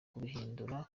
kubihindura